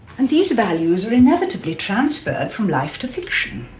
and these values are inevitably transferred from life to fiction.